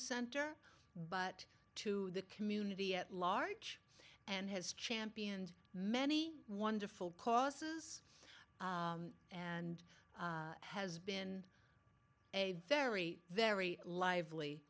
center but to the community at large and has championed many wonderful causes and has been a very very lively